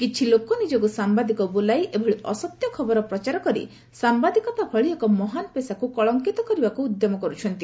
କିଛି ଲୋକ ନିଜକୁ ସାମ୍ବାଦିକ ବୋଲାଇ ଏଭଳି ଅସତ୍ୟ ଖବର ପ୍ରଚାର କରି ସାମ୍ଭାଦିକତା ଭଳି ଏକ ମହାନ ପେଶାକୁ କଳଙ୍କିତ କରିବାକୁ ଉଦ୍ୟମ କରୁଛନ୍ତି